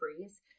freeze